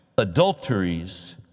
Adulteries